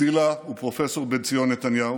צילה ופרופ' בן ציון נתניהו,